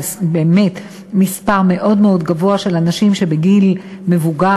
זה באמת מספר מאוד מאוד גבוה של אנשים שבגיל מבוגר